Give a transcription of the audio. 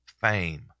fame